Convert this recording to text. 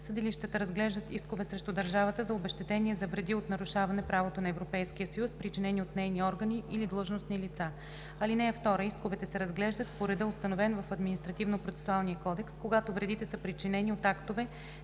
Съдилищата разглеждат искове срещу държавата за обезщетения за вреди от нарушаване правото на Европейския съюз, причинени от нейни органи или длъжностни лица. (2) Исковете се разглеждат по реда, установен в Административнопроцесуалния кодекс, когато вредите са причинени от актове,